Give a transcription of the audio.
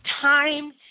time